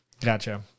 Gotcha